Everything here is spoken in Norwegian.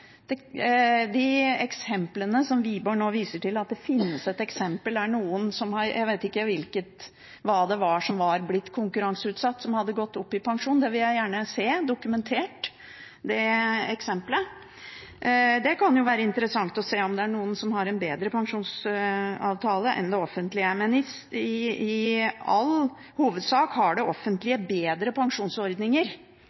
Wiborg viser nå til eksempler, til at det finnes et eksempel – jeg vet ikke hva som var blitt konkurranseutsatt, og som hadde gått opp i pensjon, det eksemplet vil jeg gjerne se dokumentert. Det kan jo være interessant å se om det er noen som har en bedre pensjonsavtale enn det offentlige, men i all hovedsak har det offentlige bedre pensjonsordninger